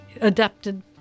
adapted